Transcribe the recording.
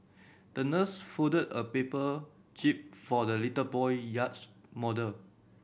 the nurse folded a paper jib for the little boy yacht model